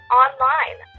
online